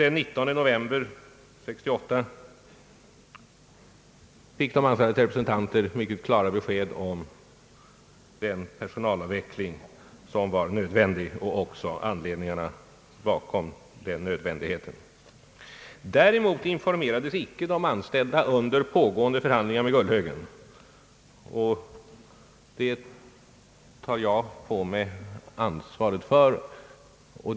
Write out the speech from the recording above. Den 19 november fick de anställdas representanter mycket klara besked om den personalavveckling som var nödvändig och också om anledningarna därtill. Däremot informerades icke de anställda under pågående förhandlingar med Gullhögen. Jag tar på mig ansvaret för detta.